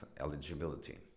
eligibility